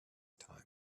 time